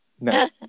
no